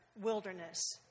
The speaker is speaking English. wilderness